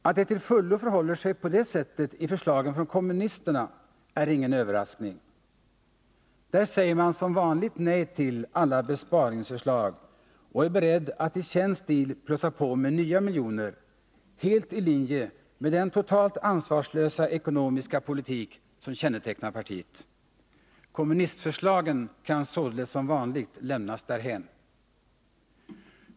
Att det till fullo förhåller sig på det sättet i förslagen från kommunisterna är ingen överraskning. Där säger man som vanligt nej till alla besparingsförslag och är beredd att i känd stil plussa på med nya miljoner, helt i linje med den totalt ansvarslösa ekonomiska politik som kännetecknar partiet. Kommunistförslagen kan således som vanligt lämnas därhän.